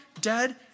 dead